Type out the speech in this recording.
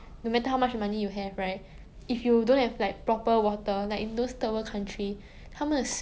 I'll say my third wish maybe is will have like the world to like have clean water especially for third world country